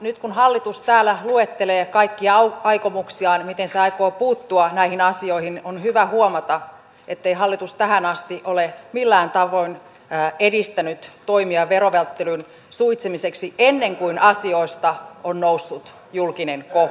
nyt kun hallitus täällä luettelee kaikkia aikomuksiaan miten se aikoo puuttua näihin asioihin on hyvä huomata ettei hallitus tähän asti ole millään tavoin edistänyt toimia verovälttelyn suitsimiseksi ennen kuin asioista on noussut julkinen kohu